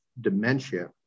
dementia